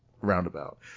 roundabout